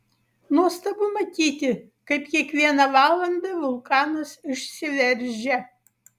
nuostabu matyti kaip kiekvieną valandą vulkanas išsiveržia